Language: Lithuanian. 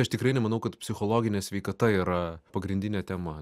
aš tikrai nemanau kad psichologinė sveikata yra pagrindinė tema